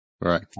right